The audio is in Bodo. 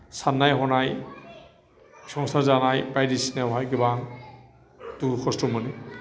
साननाय हनाय संसार जानाय बायदिसिनायावहाय गोबां दुखु खस्त' मोनो